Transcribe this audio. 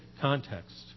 context